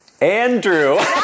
Andrew